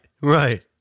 right